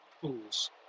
pools